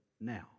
now